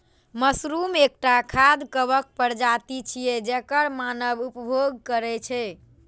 mushroom एकटा खाद्य कवक प्रजाति छियै, जेकर मानव उपभोग करै छै